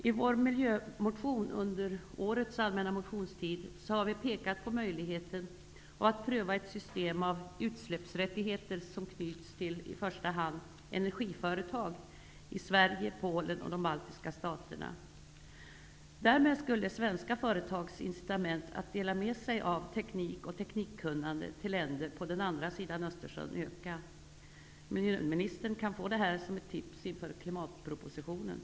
I vår miljömotion, som lämnats in under årets allmänna motionstid, har vi pekat på möjligheten att pröva ett system med utsläppsrättigheter som knyts till i första hand energiföretag i Sverige, Polen och de baltiska staterna. Därmed skulle svenska företags incitament att dela med sig av teknik och teknikkunnande till länder på andra sidan Östersjön öka. Miljöministern kan få detta som ett tips inför klimatpropositionen.